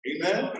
Amen